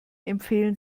empfehlen